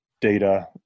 data